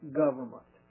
government